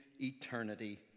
eternity